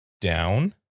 down